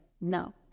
No